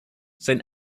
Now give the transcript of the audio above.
saint